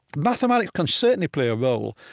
mathematics can certainly play a role.